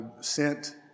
sent